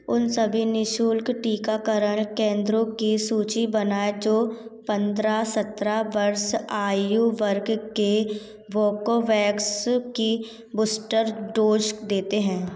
उन सभी निःशुल्क टीकाकरण केंद्रों की सूची बनाएँ जो पंद्रह सत्रह वर्ष आयु वर्ग के वोकोवैक्स की बूस्टर डोज़ देते हैं